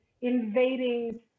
invading